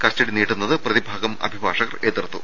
custody നീട്ടുന്നത് പ്രതിഭാഗം അഭിഭാഷകർ എതിർത്തു